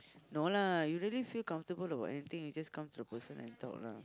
no lah you really feel comfortable about anything you just come to the person and talk lah